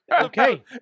Okay